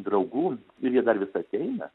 draugų ir jie dar vis ateina